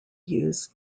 use